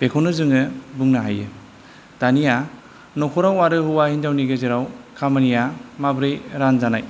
बेखौनो जोङो बुंनो हायो दानिया न'खराव आरो हौवा हिन्जावनि गेजेराव खामानिया माब्रै रानजानाय